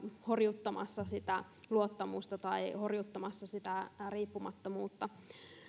horjuttamassa sitä luottamusta tai horjuttamassa sitä riippumattomuutta